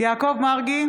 יעקב מרגי,